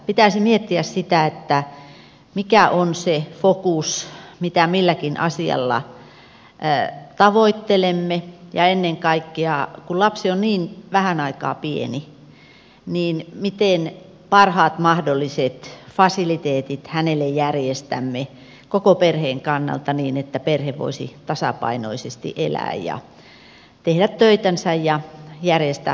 pitäisi miettiä sitä mikä on se fokus mitä milläkin asialla tavoittelemme ja ennen kaikkea kun lapsi on niin vähän aikaa pieni miten parhaat mahdolliset fasiliteetit hänelle järjestämme koko perheen kannalta niin että perhe voisi tasapainoisesti elää ja tehdä töitänsä ja järjestää hoitopaikkansa